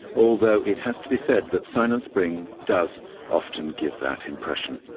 although it has to be said that silent spring does often give that impression.